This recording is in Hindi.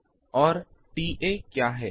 और TA क्या है